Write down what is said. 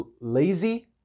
lazy